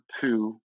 two